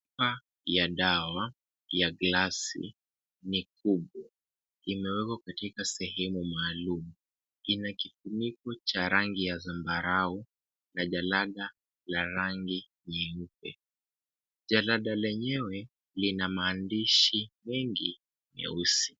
Chupa dawa ya glasi ni kubwa imewekwa katika sehemu maalum ina kifuniko cha rangi ya zambarau na jalada la rangi nyeupe. Jalanda lenyewe lina maandishi wengi nyeusi.